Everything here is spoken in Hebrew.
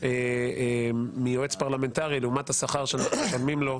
הציבור בסופו של דבר רואה כל שקל שיוצא מתקציב הקשר לבוחר,